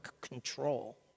control